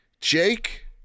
Jake